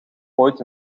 ooit